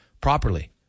properly